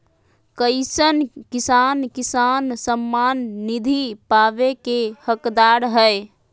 कईसन किसान किसान सम्मान निधि पावे के हकदार हय?